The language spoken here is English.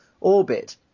orbit